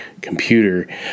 computer